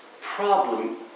problem